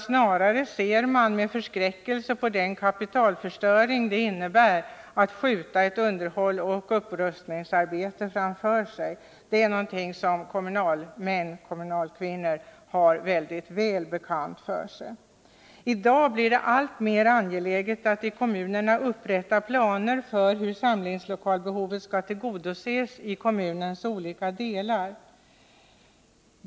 Snarare ser de med förskräckelse på den kapitalförstöring som det innebär att skjuta underhållsoch upprustningsarbete framför sig. Det är något som kommunalmän och kommunalkvinnor mycket väl förstår. I dag blir det alltmer angeläget att i kommunerna upprätta planer för hur samlingslokalsbehovet skall tillgodoses i kommunens olika delar.